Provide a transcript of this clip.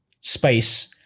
space